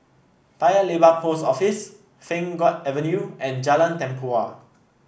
Paya Lebar Post Office Pheng Geck Avenue and Jalan Tempua